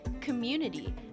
community